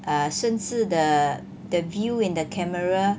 err 甚至 the view in the camera